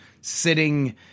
sitting